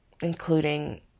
including